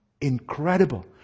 Incredible